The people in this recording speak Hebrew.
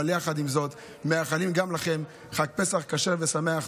אבל יחד עם זאת מאחלים גם לכם חג פסח כשר ושמח.